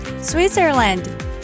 Switzerland